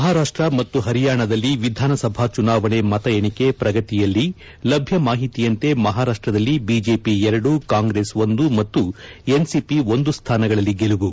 ಮಹಾರಾಷ್ಟ್ರ ಮತ್ತು ಹರಿಯಾಣದಲ್ಲಿ ವಿಧಾನಸಭಾ ಚುನಾವಣೆ ಮತ ಎಣಿಕೆ ಪ್ರಗತಿಯಲ್ಲಿ ಲಭ್ಯ ಮಾಹಿತಿಯಂತೆ ಮಹಾರಾಷ್ಟ್ದಲ್ಲಿ ಬಿಜೆಪಿ ಎರಡು ಕಾಂಗ್ರೆಸ್ ಒಂದು ಮತ್ತು ಎನ್ಸಿಪಿ ಒಂದು ಸ್ವಾನಗಳಲ್ಲಿ ಗೆಲುವು